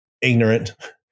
ignorant